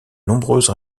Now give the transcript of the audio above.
nombreuses